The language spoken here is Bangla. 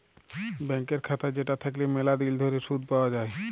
ব্যাংকের খাতা যেটা থাকল্যে ম্যালা দিল ধরে শুধ পাওয়া যায়